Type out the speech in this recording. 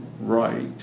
right